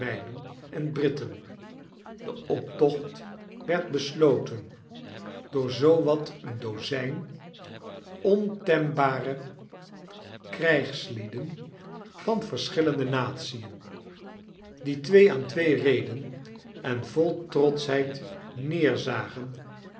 en britten de optocht werd besloten door zoo wat een dozljn ontembare krijgslieden van verschillende nation die twee aan twee reden en vol trotschheid